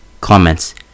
Comments